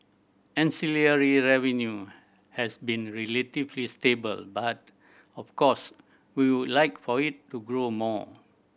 ancillary revenue has been relatively stable but of course we would like for it to grow more